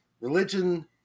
Religion